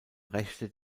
rechte